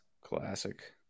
Classic